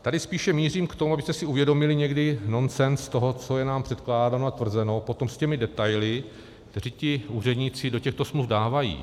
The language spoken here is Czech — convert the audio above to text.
Tady spíše mířím k tomu, abyste si uvědomili někdy nonsens toho, co je nám předkládáno a tvrzeno potom s těmi detaily, kteří ti úředníci do těchto smluv dávají.